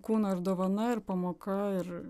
kūno ir dovana ir pamoka ir